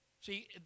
See